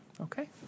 Okay